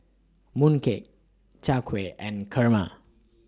Mooncake Chai Kueh and Kurma